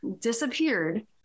disappeared